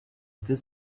this